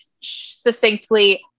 succinctly